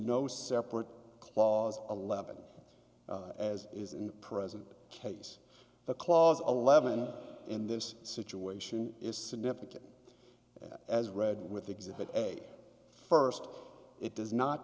no separate clause eleven as is in the present case the clause eleven in this situation is significant as read with exhibit a first it does not